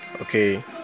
okay